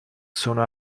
sono